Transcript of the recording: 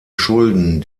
schulden